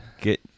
get